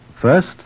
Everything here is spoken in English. First